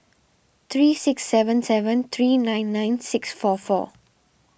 three six seven seven three nine nine six four four